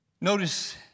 Notice